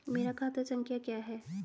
मेरा खाता संख्या क्या है?